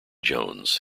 jones